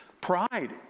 Pride